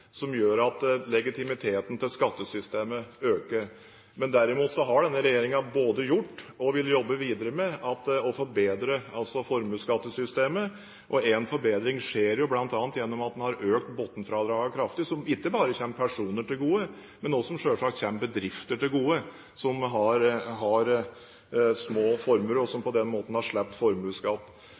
som gjør at legitimiteten til skattesystemet øker. Derimot har denne regjeringen både forbedret og vil jobbe videre med å forbedre formuesskattesystemet. En forbedring skjer bl.a. gjennom at en har økt bunnfradraget kraftig, noe som ikke bare kommer personer til gode, men også selvsagt kommer bedrifter som har små formuer, til gode, og som på den måten har sluppet formuesskatt.